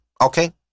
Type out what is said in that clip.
okay